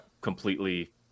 completely